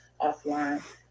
offline